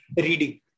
reading